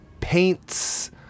paints